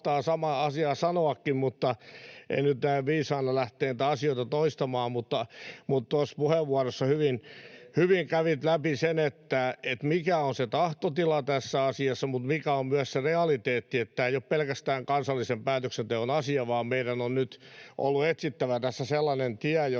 monta samaa asiaa sanoakin, mutta en nyt näe viisaana lähteä näitä asioita toistamaan. Tuossa puheenvuorossa hyvin kävit läpi sen, mikä on se tahtotila tässä asiassa mutta myös mikä on se realiteetti, että tämä ei ole pelkästään kansallisen päätöksenteon asia, vaan meidän on nyt ollut etsittävä tässä sellainen tie,